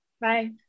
Bye